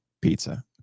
pizza